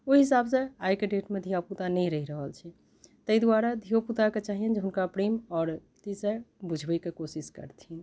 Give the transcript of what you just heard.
ओहि हिसाबसँ आइके डेटमे धियापुता नहि रहि रहल छै ताहि दुआरे धिओपुताके चहिअनि जे हुनका प्रेम आओर अथीसँ बुझबैके कोशिश करथिन